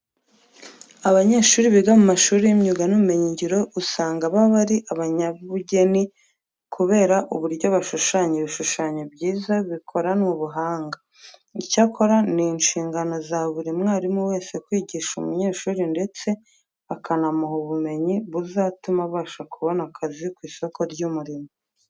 Abanyeshuri biga mu mashuri y'imyuga n'ubumenyingiro usanga baba ari abanyabugeni kubera uburyo bashushanya ibishushanyo byiza bikoranwe ubuhanga. Icyakora ni inshingano za buri mwarimu wese kwigisha umunyeshuri ndetse akanamuha ubumenyi buzatuma abasha kubona akazi ku isoko ry'umurimo.